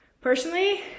Personally